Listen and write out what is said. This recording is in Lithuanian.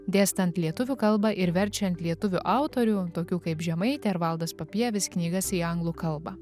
dėstant lietuvių kalbą ir verčiant lietuvių autorių tokių kaip žemaitė ar valdas papievis knygas į anglų kalbą